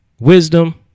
wisdom